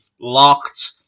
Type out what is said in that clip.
locked